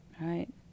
right